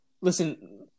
Listen